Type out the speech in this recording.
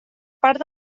part